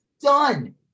done